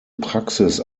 praxis